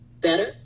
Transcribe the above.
better